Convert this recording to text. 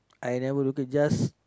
I never looking just